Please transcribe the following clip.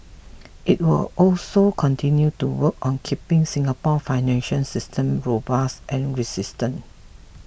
it will also continue to work on keeping Singapore's financial system robust and resistant